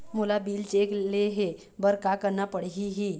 मोला bill check ले हे बर का करना पड़ही ही?